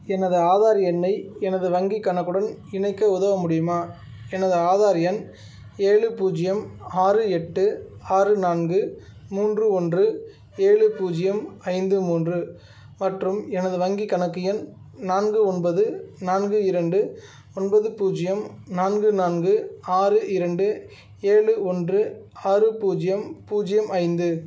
எனது ஆதார் எண்ணை எனது வங்கிக் கணக்குடன் இணைக்க உதவ முடியுமா எனது ஆதார் எண் ஏழு பூஜ்ஜியம் ஆறு எட்டு ஆறு நான்கு மூன்று ஒன்று ஏழு பூஜ்ஜியம் ஐந்து மூன்று மற்றும் எனது வங்கிக் கணக்கு எண் நான்கு ஒன்பது நான்கு இரண்டு ஒன்பது பூஜ்ஜியம் நான்கு நான்கு ஆறு இரண்டு ஏழு ஒன்று ஆறு பூஜ்ஜியம் பூஜ்ஜியம் ஐந்து